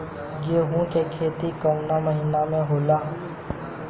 गेहूँ के खेती कवना महीना में होला?